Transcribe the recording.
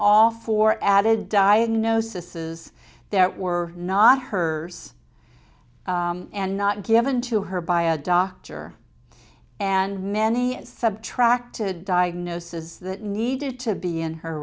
all for added diagnosis is that we're not hers and not given to her by a doctor and many subtracted diagnosis that needed to be in her